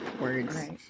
words